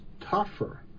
tougher